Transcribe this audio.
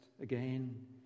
again